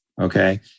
okay